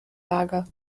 lager